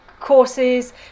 courses